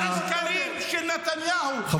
מאיפה אתה ממציא את זה?